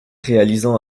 réalisant